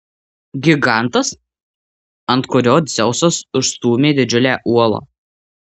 gigantas ant kurio dzeusas užstūmė didžiulę uolą